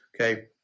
okay